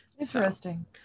interesting